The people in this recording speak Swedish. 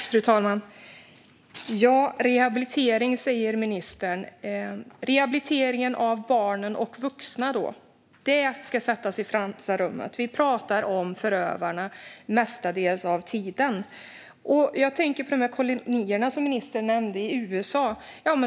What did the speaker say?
Fru talman! Rehabilitering, säger ministern. Det är rehabiliteringen av barn och vuxna som ska sättas i främsta rummet. Vi pratar om förövarna större delen av tiden. Jag tänker på kolonierna i USA, som ministern nämnde.